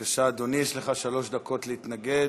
בבקשה, אדוני, יש לך שלוש דקות להתנגד.